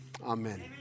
Amen